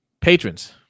patrons